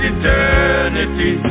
eternity